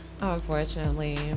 Unfortunately